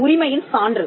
இது உரிமையின் சான்று